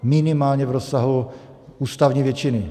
Minimálně v rozsahu ústavní většiny.